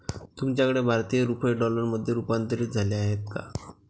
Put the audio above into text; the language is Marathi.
तुमच्याकडे भारतीय रुपये डॉलरमध्ये रूपांतरित झाले आहेत का?